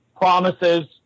promises